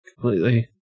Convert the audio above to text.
Completely